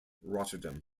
rotterdam